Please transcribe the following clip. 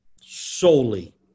solely